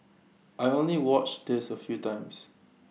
I only watched this A few times